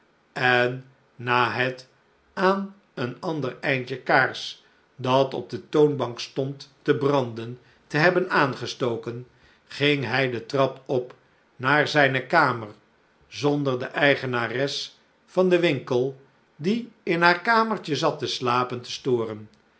en na het aan een ander eindje kaars dat op de toonbank stond te branden te hebben aangestoken ging hij de trap op naar zijne kamer zonder de eigenares van den winkel die in haar kamertje zat te slapen te storen